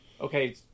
okay